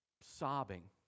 Sobbing